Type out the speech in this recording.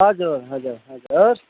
हजुर हजुर हजुर